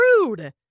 rude